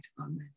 Amen